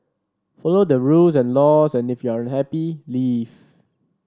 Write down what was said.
follow the rules and laws and if you're unhappy leave